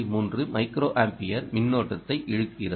3 micro ampere மின்னோட்டத்தை இழுக்கிறது